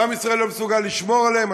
ועם ישראל לא מסוגל לשמור עליהם,